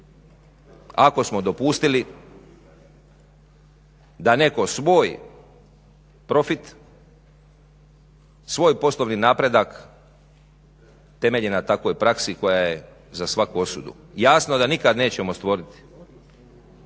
ako smo dopustili da netko svoj profit svoj poslovni napredak temelji na takvoj praksi koja je za svaku osudu. Jasno da nikad nećemo stvoriti